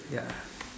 ya